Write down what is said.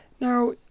Now